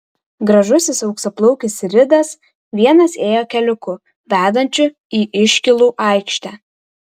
gražusis auksaplaukis ridas vienas ėjo keliuku vedančiu į iškylų aikštę